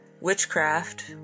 witchcraft